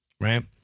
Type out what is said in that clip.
Right